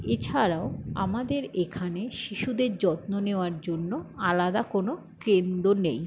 এছাড়াও আমাদের এখানে শিশুদের যত্ন নেওয়ার জন্য আলাদা কোনো কেন্দ্রনেই